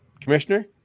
Commissioner